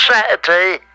Saturday